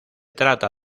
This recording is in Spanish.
trata